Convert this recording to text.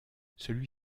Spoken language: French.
celui